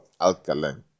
alkaline